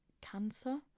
cancer